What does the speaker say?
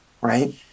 Right